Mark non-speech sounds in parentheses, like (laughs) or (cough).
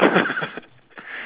(laughs)